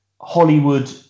hollywood